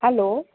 hello